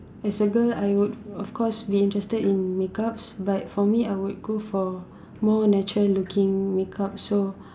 as a girl I would of course be interested in makeups but for me I would go for more natural looking makeup so